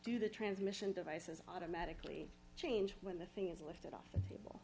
do the transmission devices automatically change when the thing is lifted off people